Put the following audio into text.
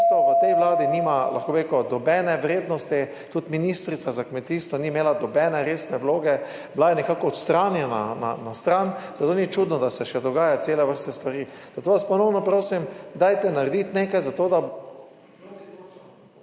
v tej vladi nima, lahko bi rekel, nobene vrednosti. Tudi ministrica za kmetijstvo ni imela nobene resne vloge. Bila je nekako odstranjena na stran, zato ni čudno, da se še dogaja cela vrsta stvari. Zato vas ponovno prosim, dajte narediti nekaj za to, da